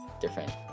different